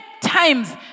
times